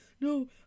no